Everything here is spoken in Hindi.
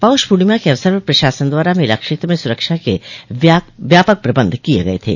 पौष पूर्णिमा के अवसर पर प्रशासन द्वारा मेला क्षेत्र में सुरक्षा के व्यापक प्रबंध किय गय थे